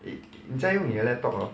你在用你的 laptop hor